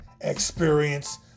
experience